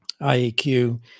IEQ